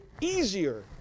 easier